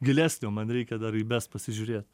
gilesnio man reikia dar įbest pasižiūrėt